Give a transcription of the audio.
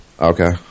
Okay